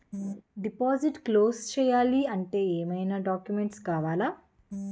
Deposit close చేయాలి అంటే ఏమైనా డాక్యుమెంట్స్ కావాలా?